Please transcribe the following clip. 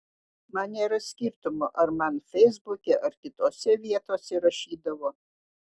man nėra skirtumo ar man feisbuke ar kitose vietose rašydavo